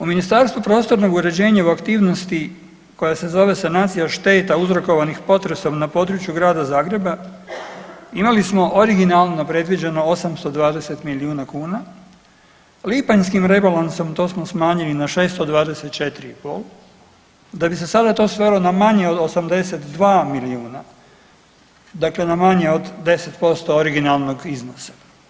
U Ministarstvu prostornog uređenja u aktivnosti koja se zove Sanacija šteta uzrokovanih potresom na području Grada Zagreba imali smo originalno predviđeno 820 milijuna kuna, lipanjskim rebalansom to smo smanjili na 624,5 da bi se sada to svelo na manje od 82 milijuna, dakle na manje od 10% originalnog iznosa.